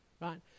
Right